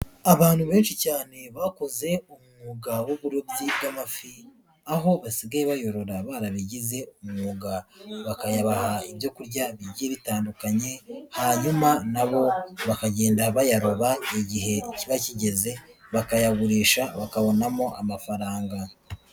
Abantu benshi cyane bakoze umwuga w'uburobyi bw'amafi, aho basigaye bayorora barabigize umwuga. Bakayabaha ibyo kurya bigiye bitandukanye, hanyuma na bo bakagenda bayaroba igihe kiba kigeze, bakayagurisha, bakabonamo amafaranga.